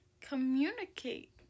communicate